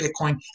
Bitcoin